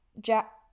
Jack